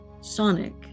sonic